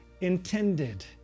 intended